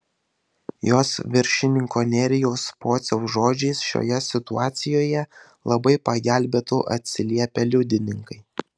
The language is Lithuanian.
jos viršininko nerijaus pociaus žodžiais šioje situacijoje labai pagelbėtų atsiliepę liudininkai